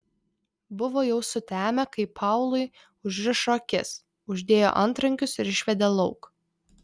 buvo jau sutemę kai paului užrišo akis uždėjo antrankius ir išvedė lauk